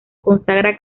consagra